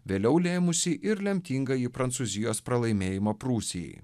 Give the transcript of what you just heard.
vėliau lėmusi ir lemtingąjį prancūzijos pralaimėjimą prūsijai